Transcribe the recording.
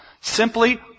Simply